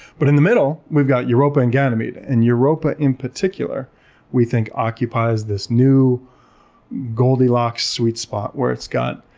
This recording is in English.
but in the middle, we've got europa and ganymede. and europa in particular we think occupies this new goldilocks sweet spot where it's got